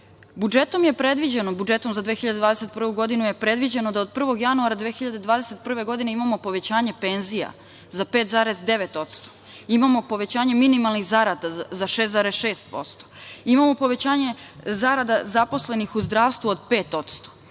budžetom za 2021. godinu je predviđeno da od 1. januara 2021. godine imamo povećanje penzija za 5,9%. Imamo povećanje minimalnih zarada za 6,6%. Imamo povećanje zarada zaposlenih u zdravstvu od 5%.